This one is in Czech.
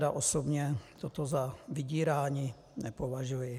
Já tedy osobně toto za vydírání nepovažuji.